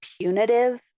punitive